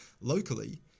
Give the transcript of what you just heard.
locally